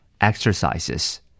Exercises